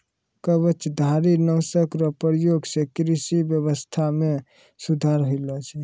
कवचधारी नाशक रो प्रयोग से कृषि व्यबस्था मे सुधार होलो छै